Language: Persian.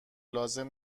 لازم